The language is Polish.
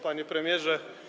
Panie Premierze!